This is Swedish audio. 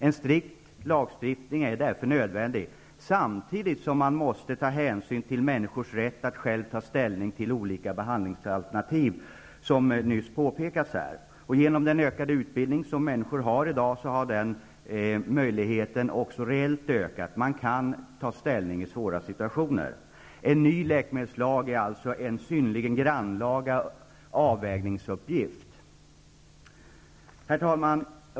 En strikt lagstiftning är därför nödvändig, samtidigt som man måste ta hänsyn till människors rätt att själva ta ställning till olika behandlingsalternativ, såsom Ingrid Andersson nyss påpekade. Genom den ökade utbildningen har i dag den möjligheten också reellt ökat. Människor kan ta ställning i svåra situationer. Att stifta en ny läkemedelslag är alltså en synnerligen grannlaga avvägningsuppgift. Herr talman!